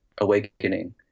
awakening